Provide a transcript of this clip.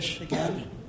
again